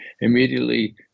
immediately